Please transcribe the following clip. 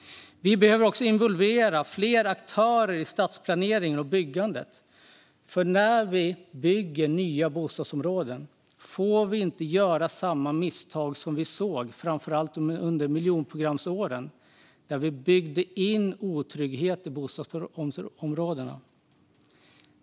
Vi behöver också involvera fler aktörer i stadsplaneringen och byggandet. När vi bygger nya bostadsområden får vi inte göra samma misstag som vi såg framför allt under miljonprogramsåren där vi byggde in otrygghet i bostadsområdena.